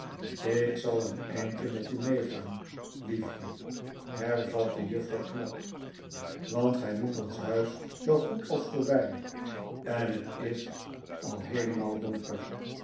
ik zal een eindje met u meegaan liefje hervatte juffrouw knag want gij moet ons huis zoo goed als voorbij en het is al heelemaal donker